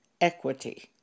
equity